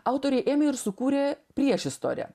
autoriai ėmė ir sukūrė priešistorę